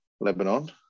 Lebanon